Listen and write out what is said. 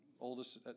oldest